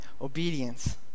obedience